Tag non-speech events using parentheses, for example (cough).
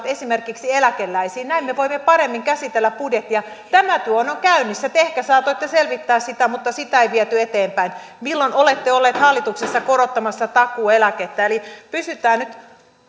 (unintelligible) esimerkiksi eläkeläisiin näin me voimme paremmin käsitellä budjettia tämä työ on käynnissä te ehkä saatoitte selvittää sitä mutta sitä ei viety eteenpäin milloin olette olleet hallituksessa korottamassa takuueläkettä eli pysytään nyt